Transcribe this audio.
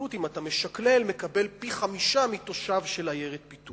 אם אתה משקלל, תושב התנחלות